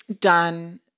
done